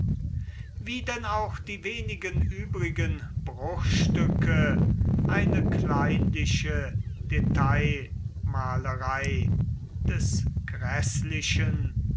wie denn auch die wenigen übrigen bruchstücke eine kleinliche detailmalerei des gräßlichen